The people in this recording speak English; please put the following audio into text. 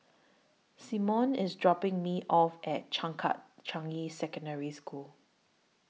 Symone IS dropping Me off At Changkat Changi Secondary School